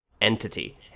entity